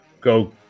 go